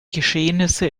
geschehnisse